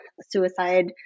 suicide